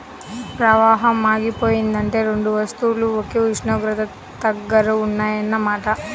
ప్రవాహం ఆగిపోయిందంటే రెండు వస్తువులు ఒకే ఉష్ణోగ్రత దగ్గర ఉన్నాయన్న మాట